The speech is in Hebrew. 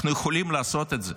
אנחנו יכולים לעשות את זה.